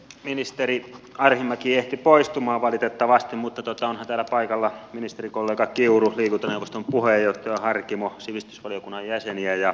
ministeri arhinmäki ehti poistumaan valitettavasti mutta onhan täällä paikalla ministerikollega kiuru liikuntaneuvoston puheenjohtaja harkimo sivistysvaliokunnan jäseniä ja kuntapäättäjiä